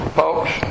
Folks